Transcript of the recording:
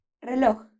reloj